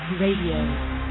Radio